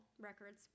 records